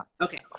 Okay